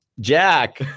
Jack